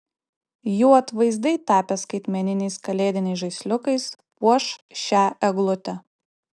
jų atvaizdai tapę skaitmeniniais kalėdiniais žaisliukais puoš šią eglutę